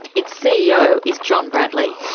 its ceo is john bradley.